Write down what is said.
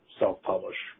self-publish